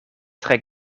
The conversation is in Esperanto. tre